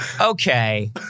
Okay